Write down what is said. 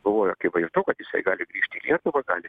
buvo akivaizdu kad jisai gali grįžti į lietuvą gali